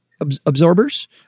absorbers